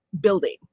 building